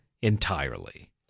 entirely